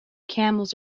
camels